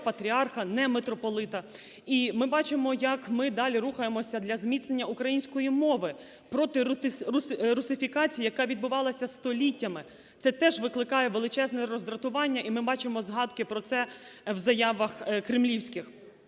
Патріарха, не митрополита. І ми бачимо, як ми далі рухаємося для зміцнення української мови, проти русифікації, яка відбувалася століттями. Це теж викликає величезне роздратування, і ми бачимо згадки про це в заявах кремлівських.